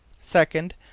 Second